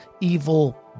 evil